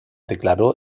declaró